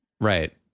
right